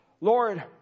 Lord